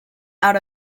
out